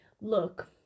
look